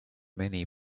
many